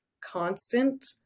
constant